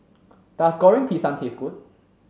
does Goreng Pisang taste good